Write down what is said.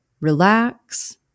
relax